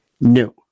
No